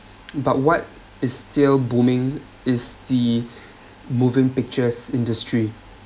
but what is still booming is the moving pictures industry